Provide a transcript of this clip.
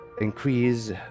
increase